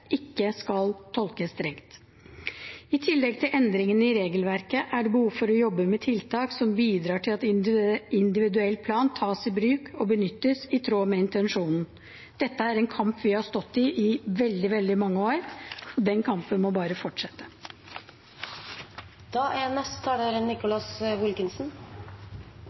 ikke skal tolkes strengt. I tillegg til endringen i regelverket er det behov for å jobbe med tiltak som bidrar til at individuell plan tas i bruk og benyttes i tråd med intensjonen. Dette er en kamp vi har stått i i veldig mange år, og den kampen må bare